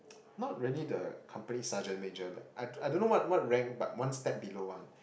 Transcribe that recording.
not really the company sergeant major like I I don't know what what rank but one step below one